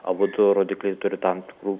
abudu rodikliai turi tam tikrų